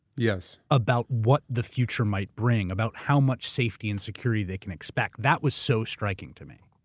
yes. about what the future might bring, about how much safety and security they can expect. that was so striking to me.